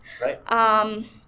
Right